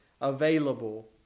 available